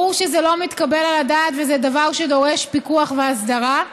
ברור שזה לא מתקבל על הדעת וזה דבר שדורש פיקוח והסדרה.